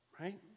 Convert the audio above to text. Right